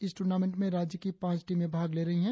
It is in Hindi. इस ट्रर्नामेंट में राज्य की पांच टीमें भाग ले रही है